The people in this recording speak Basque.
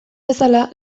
bezala